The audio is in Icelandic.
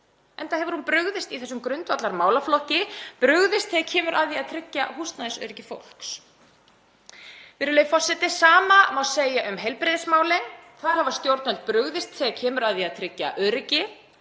enda hefur hún brugðist í þessum grundvallarmálaflokki og brugðist þegar kemur að því að tryggja húsnæðisöryggi fólks. Virðulegi forseti. Sama má segja um heilbrigðismálin. Þar hafa stjórnvöld brugðist þegar kemur að því að tryggja öryggi.